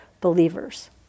believers